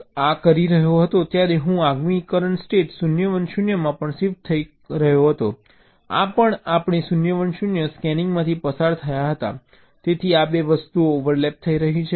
હવે જ્યારે હું આ કરી રહ્યો હતો ત્યારે હું આગામી કરંટ સ્ટેટ 0 1 0 માં પણ શિફ્ટ થઈ શકે છે આ પણ આપણે 0 1 0 સ્કેનિંગમાંથી પસાર થયા હતા તેથી આ 2 વસ્તુઓ ઓવરલેપ થઈ રહી છે